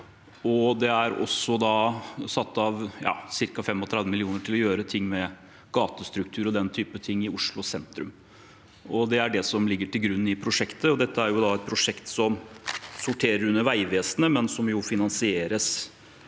Det er også satt av ca. 35 mill. kr til å gjøre ting med gatestruktur og den typen ting i Oslo sentrum. Det er det som ligger til grunn i prosjektet, som er et prosjekt som sorterer under Vegvesenet, men som finansieres